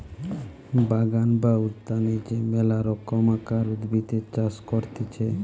বাগান বা উদ্যানে যে মেলা রকমকার উদ্ভিদের চাষ করতিছে